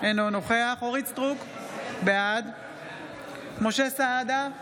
אינו נוכח אורית מלכה סטרוק, בעד משה סעדה,